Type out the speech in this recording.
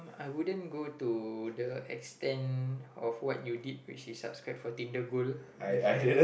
I wouldn't go to the extent of what you did which is subscribe for Tinder gold I feel